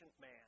man